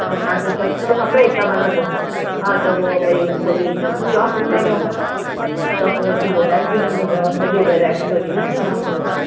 ऐं तव्हांखे सस्तो खपे त मतलबु हा त उहो ई होॾे चौक में वञो त हुनजी वैराइटी न मिलंदव हेॾे वैराइटी वधीक सुठी मिलंदव